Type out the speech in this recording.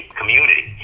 community